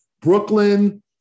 Brooklyn